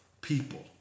people